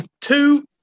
two